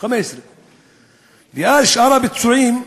15. ושאר הפצועים,